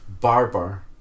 Barber